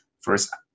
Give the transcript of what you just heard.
first